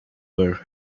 were